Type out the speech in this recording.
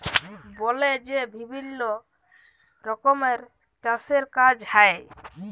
বলে যে বিভিল্ল্য রকমের চাষের কাজ হ্যয়